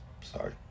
sorry